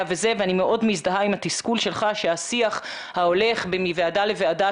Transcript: ואני מאוד מזדהה עם התסכול שלך שהשיח ההולך מוועדה לוועדה